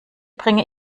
bringe